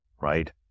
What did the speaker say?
right